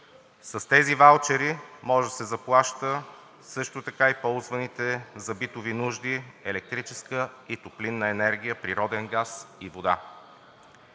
С тези ваучери може да се заплаща също така и ползваните за битови нужди електрическа и топлинна енергия, природен газ и вода.